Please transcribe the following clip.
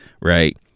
right